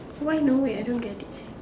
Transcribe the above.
why no wait I don't get it